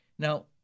Now